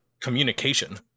communication